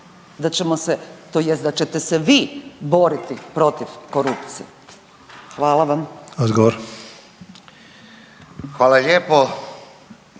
da ćete se vi boriti protiv korupcije? Hvala vam. **Sanader,